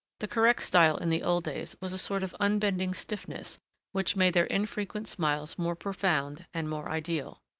the correct style in the old days was a sort of unbending stiffness which made their infrequent smiles more profound and more ideal.